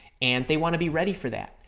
and they want to be ready for that.